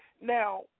Now